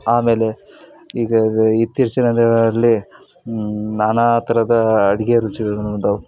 ಆಮೇಲೆ ಈಗ ಇತ್ತೀಚಿನ ದಿನಗಳಲ್ಲಿ ನಾನಾ ಥರದ ಅಡುಗೆ ರುಚಿಗಳು ಏನಿದ್ದಾವೆ